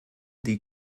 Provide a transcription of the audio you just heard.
die